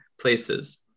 places